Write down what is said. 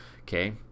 Okay